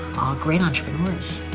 great entrepreneurs.